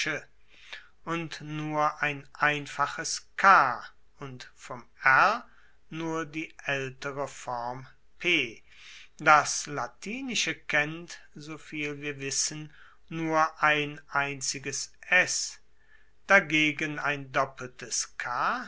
und nur ein einfaches k und vom r nur die aeltere form p das latinische kennt soviel wir wissen nur ein einziges s dagegen ein doppeltes